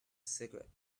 cigarette